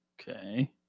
Okay